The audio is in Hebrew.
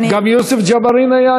גם יוסף ג'בארין היה,